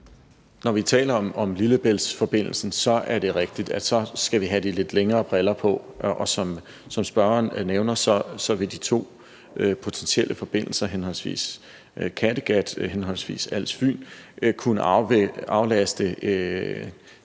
Når vi taler om Lillebæltsforbindelsen, er det rigtigt, at vi skal have det lidt længere lys på. Som spørgeren nævner, vil de to potentielle forbindelser, henholdsvis Kattegat- og Als-Fyn-forbindelsen,